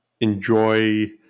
enjoy